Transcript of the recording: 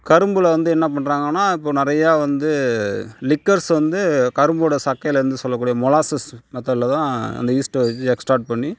கரும்பில் வந்து என்ன பண்ணுறாங்கன்னா இப்போ நிறையா வந்து லிக்கேர்ஸ் வந்து கரும்போட சக்கையிலேருந்து சொல்லக்கூடிய மொலாசஸ் மெத்தட்லதான் அந்த ஈஸ்ட்டை எக்ஸ்ட்டாட் பண்ணி